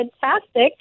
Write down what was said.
fantastic